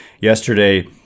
yesterday